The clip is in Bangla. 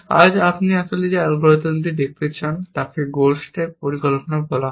আজ আপনি যে অ্যালগরিদমটি দেখতে চান তাকে গোল স্ট্যাক পরিকল্পনা বলা হয়